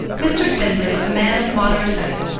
mr. findlay was a man of moderate height,